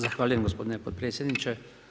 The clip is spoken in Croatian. Zahvaljujem gospodine potpredsjedniče.